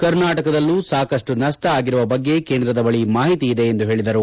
ಕರ್ನಾಟಕದಲ್ಲೂ ಸಾಕಷ್ಟು ನಷ್ಟ ಆಗಿರುವ ಬಗ್ಗೆ ಕೇಂದ್ರದ ಬಳಿ ಮಾಹಿತಿ ಇದೆ ಎಂದು ಹೇಳಿದರು